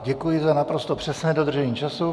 Děkuji za naprosto přesné dodržení času.